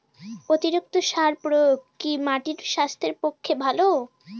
অতিরিক্ত সার প্রয়োগ কি মাটির স্বাস্থ্যের পক্ষে ভালো?